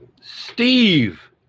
Steve